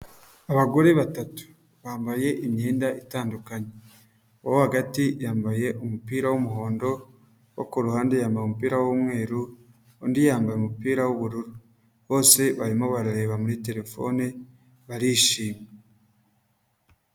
Abagore batatu bambaye imyenda itandukanye, uwo hagati yambaye umupira w'umuhondo, uwo ku ruhande yambaye umupira w'umweru, undi yambaye umupira w'ubururu bose barimo barareba muri terefone barishimye.